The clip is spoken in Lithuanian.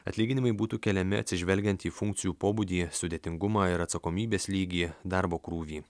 atlyginimai būtų keliami atsižvelgiant į funkcijų pobūdį sudėtingumą ir atsakomybės lygį darbo krūvį